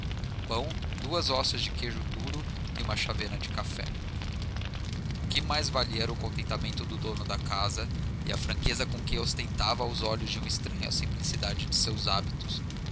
um pão duas hóstias de queijo duro e uma chávena de café o que mais valia era o contentamento do dono da casa e a franqueza com que ostentava aos olhos de um estranho a simplicidade de seus hábitos